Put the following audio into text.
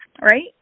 right